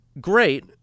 great